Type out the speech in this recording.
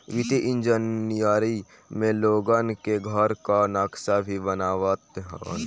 वित्तीय इंजनियर में लोगन के घर कअ नक्सा भी बनावत हवन